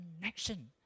Connection